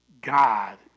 God